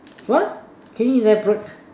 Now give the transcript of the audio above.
what can you elaborate